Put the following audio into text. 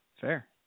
fair